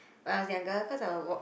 when I was younger cause I would walk